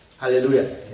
hallelujah